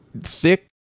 thick